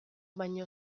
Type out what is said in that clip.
baino